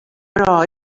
però